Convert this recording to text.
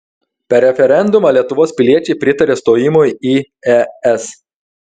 per referendumą lietuvos piliečiai pritarė stojimui į es